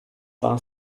war